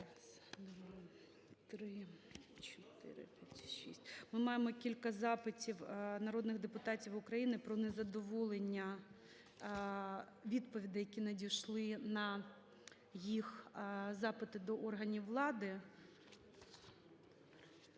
Ми маємо кілька запитів народних депутатів України про незадоволення відповідей, які надійшли на їх запити до органів влади.